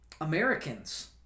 Americans